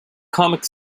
comic